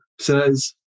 says